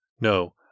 No